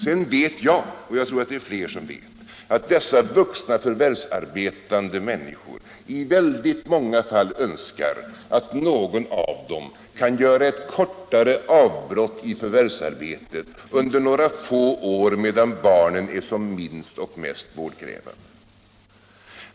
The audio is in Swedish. Jag vet — och jag tror att det är fler som vet — att dessa vuxna förvärvsarbetande människor i väldigt många fall önskar att någon av dem kan göra ett kortare avbrott i förvärvsarbetet under några få år medan barnen är små och mest vårdkrävande.